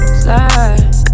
slide